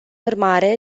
urmare